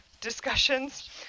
discussions